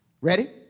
Ready